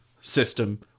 system